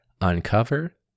uncover